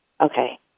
Okay